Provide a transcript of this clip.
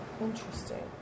Interesting